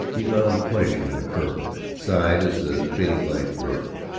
he found pleasure in the curve of it, sighed as the fading light blurred it.